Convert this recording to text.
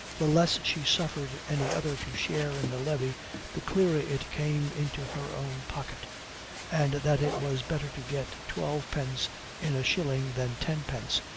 the less she suffered any other to share in the levy the clearer it came into her own pocket and that it was better to get twelve pence in a shilling than ten pence,